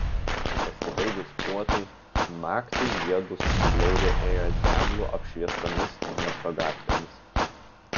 pasibaigus puotai naktį jiedu susiglaudę ėjo deglų apšviestomis miesto gatvėmis